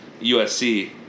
USC